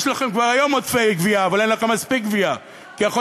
יש לכם כבר היום עודפי גבייה אבל אין לכם מספיק גבייה,